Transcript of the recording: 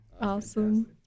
Awesome